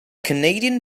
canadian